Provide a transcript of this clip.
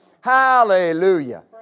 Hallelujah